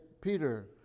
Peter